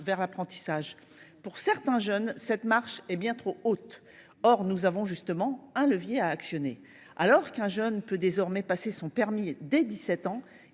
vers l’apprentissage. Pour certains jeunes, cette marche est bien trop haute. Nous avons donc là un levier à actionner. Alors qu’un jeune peut désormais passer son permis dès 17 ans,